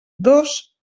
dos